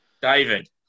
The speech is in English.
David